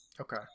Okay